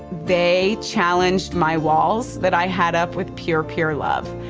they challenged my walls that i had up with pure, pure love.